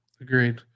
agreed